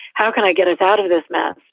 how can i get us out of this mess?